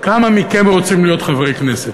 כמה מכם רוצים להיות חבר כנסת?